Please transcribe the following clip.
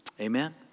Amen